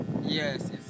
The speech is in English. Yes